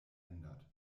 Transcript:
verändert